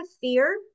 fear